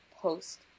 post